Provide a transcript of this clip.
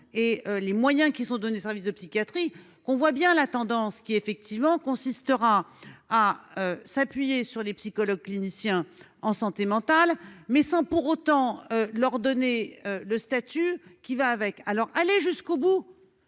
et les moyens qui sont donnés, service de psychiatrie qu'on voit bien la tendance qui effectivement consistera à s'appuyer sur les psychologues cliniciens en santé mentale, mais sans pour autant leur donner le statut qui va avec, alors aller jusqu'au bout,